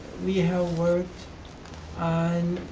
we have worked on